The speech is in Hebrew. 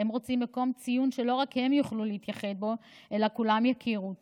הם רוצים מקום ציון שלא רק הם יוכלו להתייחד בו אלא כולם יכירו אותו.